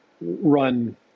run